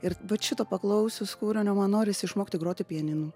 ir vat šito paklausius kūrinio man norisi išmokti groti pianinu